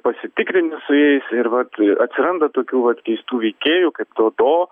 pasitikrini su jais ir vat atsiranda tokių vat keistų veikėjų kaip toto